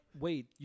wait